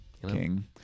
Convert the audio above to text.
King